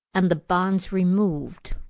and the bonds removed,